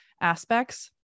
aspects